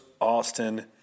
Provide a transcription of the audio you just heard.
Austin